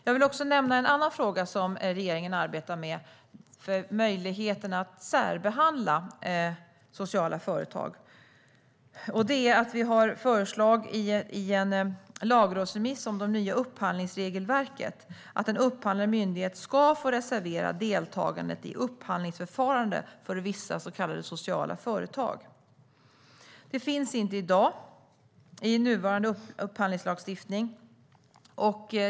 Jag vill också nämna en annan fråga som regeringen arbetar med, nämligen möjligheterna att särbehandla sociala företag. Vi har i en lagrådsremiss om det nya upphandlingsregelverket föreslagit att en upphandlande myndighet ska få reservera deltagandet i ett upphandlingsförfarande för vissa så kallade sociala företag. Det finns inte i dag i nuvarande upphandlingslagstiftning.